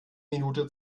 minute